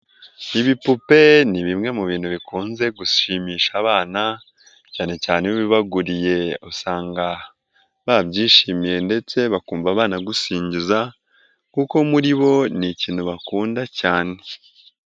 Ibipupe ni bimwe mu bintu bikunze gushimisha abana cyane cyane iyo ubibaguriye usanga babyishimiye ndetse bakumva banagusingiza kuko muri bo ni ikintu bakunda cyane.